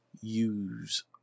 use